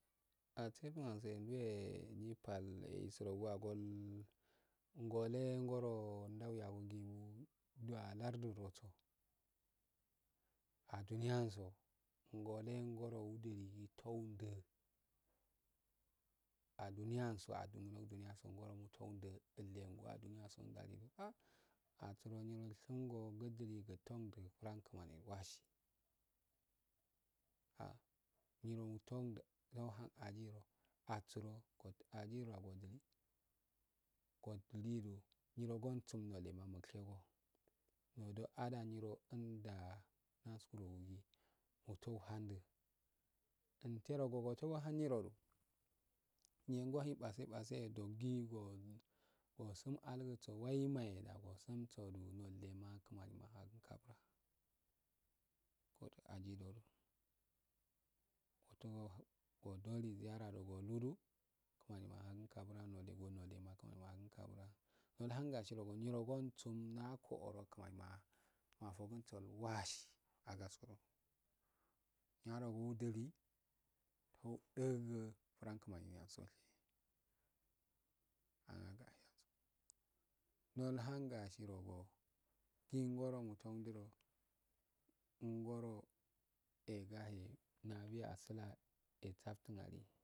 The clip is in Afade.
Atse bulonsiye ndu yee nyi pal ye isiroguwa ngole nguro dauyegugiiwu duwa lardu josu aduniyanso adi ngoro yadili yasin ngoro yadiliwandi aduni yaaso ngole yadilindi ahii asurodu wusangoro yadili gafundo furan iamani gwasi ah nyiro aufardii gani asuro undilido nyi ra bausinde nushego nyiro adaa nyiro kungo haa naskungongdu utohanduo ntero godu ohanyiro do nyengo hei basse basse yo adogi yo asin algusowai mayo na osumsodu cunitellyible naena kimaniyo mahaki kabra odonu kanido odoli ziyara awolunduo krmani mahakin kabra nallan gatsi rogodo nyirogonsun agu kimani abukinsodu ilwasi agaskoh yarogudilli wuduwoguu an kim aniyowo ahh nolhangasi rogodo gingoro ehgahe yanduwe asina yezaftun alii